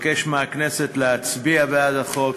אבקש מהכנסת להצביע בעד החוק.